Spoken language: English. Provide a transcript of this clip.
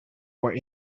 were